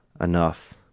enough